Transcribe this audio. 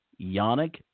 Yannick